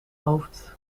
hoofd